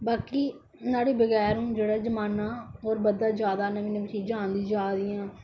बाकी नुआढ़े बगैर हून जेहड़ा जमाना और बदला दा नमी मी चीजां आंदी जारदी